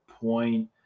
point